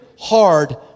hard